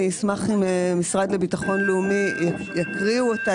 אני אשמח אם המשרד לביטחון לאומי יקריאו אותה,